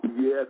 Yes